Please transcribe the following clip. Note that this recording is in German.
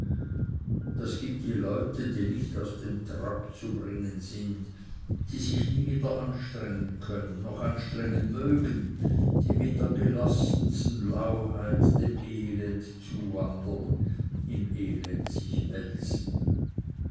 das gibt die leute die nicht aus dem trapp zu bringen sind die sich nie weder anstrengen können noch anstrengen mögen die mit der gelassensten lauheit dem elend zuwandern im elend sich wälzen